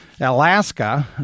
Alaska